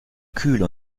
kühl